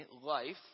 Life